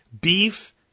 beef